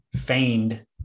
feigned